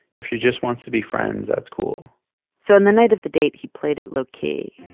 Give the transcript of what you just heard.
if she just wants to be friends, that's cool so on the night of the date, he played it low-key.